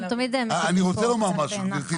אנחנו תמיד -- אני רוצה לומר משהו גברתי,